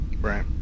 Right